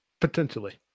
Potentially